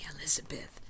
Elizabeth